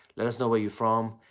let us know where you're from.